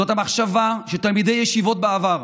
זו המחשבה שתלמידי ישיבות בעבר,